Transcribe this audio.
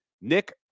Nick